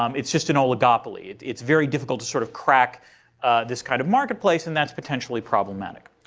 um it's just an oligopoly. it's very difficult to sort of crack this kind of marketplace. and that's potentially problematic.